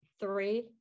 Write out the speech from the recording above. three